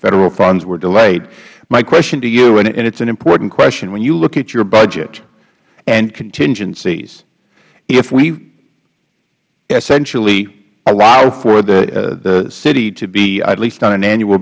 federal funds were delayed my question to you and it's an important question when you look at your budget and contingencies if we essentially allow for the city to be at least on an annual